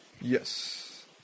Yes